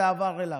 זה עבר אליו,